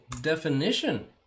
definition